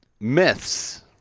myths